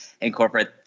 incorporate